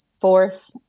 fourth